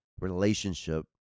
relationship